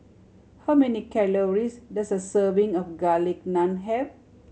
how many calories does a serving of Garlic Naan have